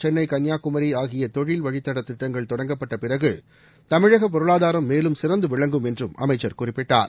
சென்னை கன்னியாகுமரி ஆகிய தொழில் வழித்தடத் திட்டங்கள் தொடங்கப்பட்ட பிறகு தமிழக பொருளாதாரம் மேலும் சிறந்து விளங்கும் என்றும் அமைச்சர் குறிப்பிட்டார்